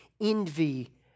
envy